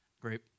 Great